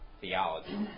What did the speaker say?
theology